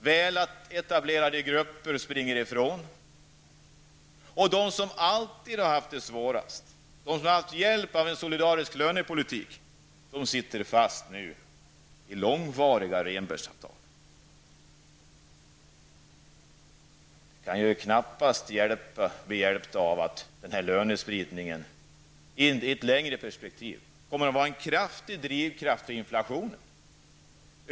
Väletablerade grupper drar lönemässigt ifrån andra. De som alltid har haft det svårast, de som har haft hjälp av en solidarisk lönepolitik, sitter nu fast i långvariga Rehnbergsavtal. De blir knappast hjälpta av att lönespridningen i ett längre perspektiv kraftigt kommer att driva på inflationen.